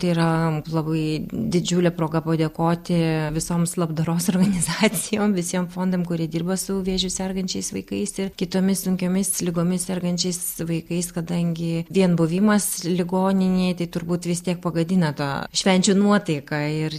tai yra labai didžiulė proga padėkoti visoms labdaros organizacijom visiem fondam kurie dirba su vėžiu sergančiais vaikais ir kitomis sunkiomis ligomis sergančiais vaikais kadangi vien buvimas ligoninėj tai turbūt vis tiek pagadina tą švenčių nuotaiką ir